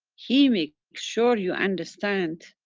he makes sure you understand.